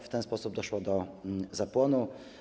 W ten sposób doszło do zapłonu.